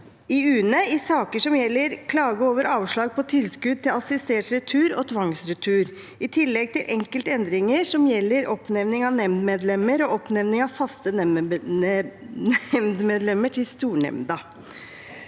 i UNE i saker som gjelder klage over avslag på tilskudd til assistert retur og tvangsretur, i tillegg til enkelte endringer som gjelder oppnevning av nemndmedlemmer og oppnevning av faste nemndmedlemmer til stornemnda.